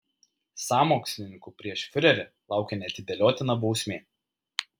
sąmokslininkų prieš fiurerį laukia neatidėliotina bausmė